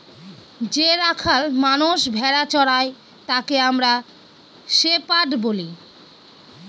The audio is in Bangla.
যে রাখাল মানষ ভেড়া চোরাই তাকে আমরা শেপার্ড বলি